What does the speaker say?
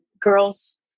girls